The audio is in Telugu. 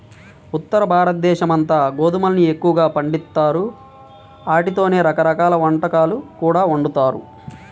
ఉత్తరభారతదేశమంతా గోధుమల్ని ఎక్కువగా పండిత్తారు, ఆటితోనే రకరకాల వంటకాలు కూడా వండుతారు